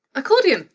accordion!